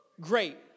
great